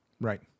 Right